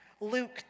Luke